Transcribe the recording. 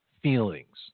feelings